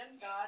God